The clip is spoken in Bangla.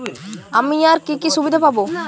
আমি আর কি কি সুবিধা পাব?